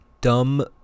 dumb